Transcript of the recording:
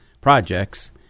projects